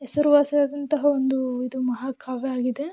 ಹೆಸರುವಾಸಿಯಾದಂತಹ ಒಂದು ಇದು ಮಹಾಕಾವ್ಯ ಆಗಿದೆ